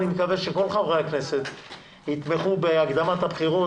אני מקווה שכל חברי הכנסת יתמכו בהקדמת הבחירות